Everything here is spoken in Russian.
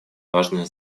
важное